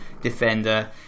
defender